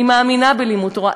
אני מאמינה בלימוד תורה.